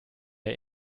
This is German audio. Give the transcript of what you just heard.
der